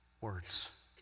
words